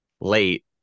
late